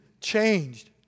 changed